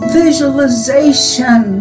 visualization